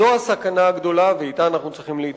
זו הסכנה הגדולה, ואתה אנחנו צריכים להתמודד.